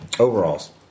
Overalls